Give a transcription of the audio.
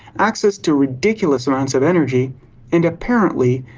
access to ridiculous amounts of energy and apparently,